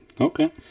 Okay